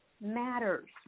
matters